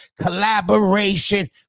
collaboration